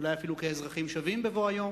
ואולי אפילו כאזרחים שווים בבוא היום,